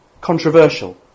controversial